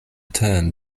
turn